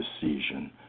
decision